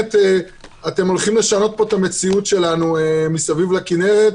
אתם הולכים לשנות את המציאות שלנו פה מסביב לכנרת.